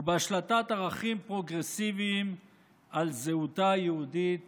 ובהשלטת ערכים פרוגרסיביים על זהותה היהודית